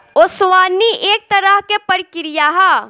ओसवनी एक तरह के प्रक्रिया ह